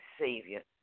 Savior